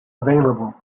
available